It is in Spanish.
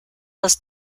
los